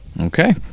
okay